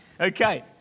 Okay